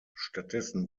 stattdessen